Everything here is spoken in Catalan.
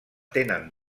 tenen